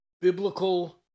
biblical